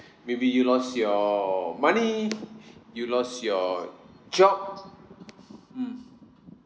maybe you lost your money you lost your job mm